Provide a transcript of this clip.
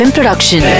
Production